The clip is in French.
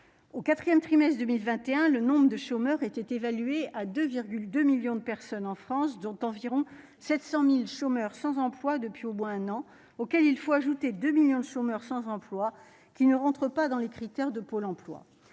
au 4ème trimestres 2021 le nombre de chômeurs était évalué à 2, 2 millions de personnes en France, dont environ 700000 chômeurs sans emploi depuis au moins un an, auxquels il faut ajouter 2 millions de chômeurs sans emploi qui ne rentrent pas dans les critères de Pôle emploi